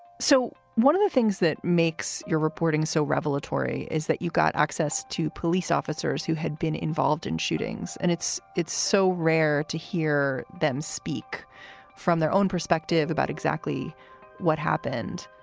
so one of the things that makes your reporting so revelatory is that you got access to police officers who had been involved in shootings. and it's it's so rare to hear them speak from their own perspective about exactly what happened.